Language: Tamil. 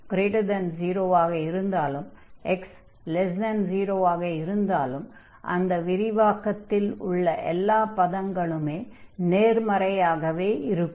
அடுத்து x0 ஆக இருந்தாலும் x0 ஆக இருந்தாலும் அந்த விரிவாக்கத்தில் உள்ள எல்லா பதங்களுமே நேர்மறையாகவே இருக்கும்